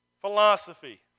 Philosophy